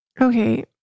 Okay